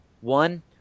One